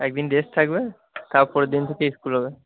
একদিন রেস্ট থাকবে তারপরের দিন থেকে স্কুল হবে